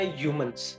humans